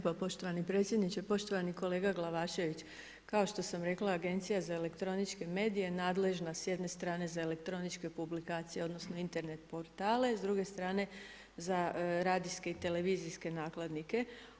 Hvala lijepo poštovani predsjedniče, poštovani kolega Glavašević, kao što sam rekla, Agencije za elektroničke medije, nadležna s jedne strane za elektroničke publikacije, odnosno, Internet portale, s druge strane za radijske i televizijske nakladnike.